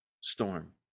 storm